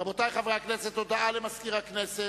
רבותי חברי הכנסת, הודעה למזכיר הכנסת,